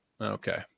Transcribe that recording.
Okay